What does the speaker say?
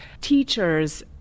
teachers